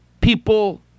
people